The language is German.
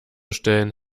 stellen